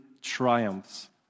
triumphs